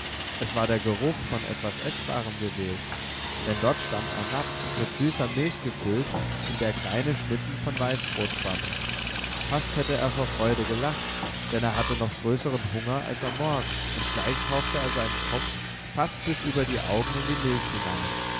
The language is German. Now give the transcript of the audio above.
es war der geruch von etwas eßbarem gewesen denn dort stand ein napf mit süßer milch gefüllt in der kleine schnitten von weißbrot schwammen fast hätte er vor freude gelacht denn er hatte noch größeren hunger als am morgen und gleich tauchte er seinen kopf fast bis über die augen in die milch hinein